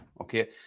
Okay